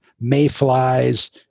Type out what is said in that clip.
mayflies